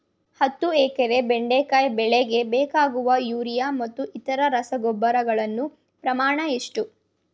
ಹತ್ತು ಎಕರೆ ಬೆಂಡೆಕಾಯಿ ಬೆಳೆಗೆ ಬೇಕಾಗುವ ಯೂರಿಯಾ ಮತ್ತು ಇತರೆ ರಸಗೊಬ್ಬರಗಳ ಪ್ರಮಾಣ ಎಷ್ಟು?